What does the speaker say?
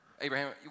Abraham